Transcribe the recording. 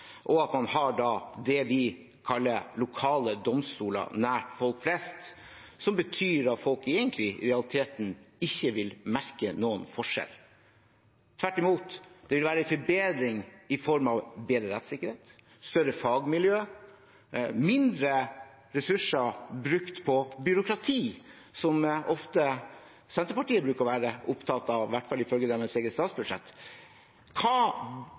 at man har det vi kaller lokale domstoler, nær folk flest, betyr det at folk egentlig i realiteten ikke vil merke noen forskjell. Tvert imot vil det være en forbedring i form av bedre rettssikkerhet, større fagmiljøer og færre ressurser brukt på byråkrati, noe Senterpartiet ofte bruker å være opptatt av, i hvert fall ifølge deres eget statsbudsjett. Hva